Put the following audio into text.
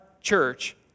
church